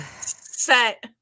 set